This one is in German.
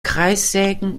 kreissägen